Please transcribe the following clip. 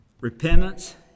Repentance